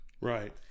Right